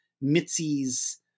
Mitzi's